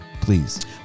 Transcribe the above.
please